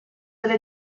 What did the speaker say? delle